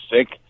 sick